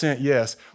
yes